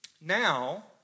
Now